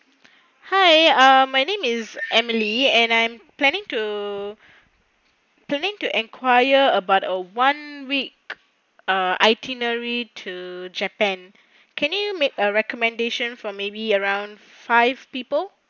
hi my name is emily and I'm planning to planning to enquire about a one week ah itinerary to japan can you make a recommendation from maybe around five people